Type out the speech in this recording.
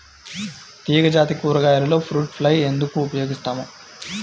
తీగజాతి కూరగాయలలో fruit fly ఎందుకు ఉపయోగిస్తాము?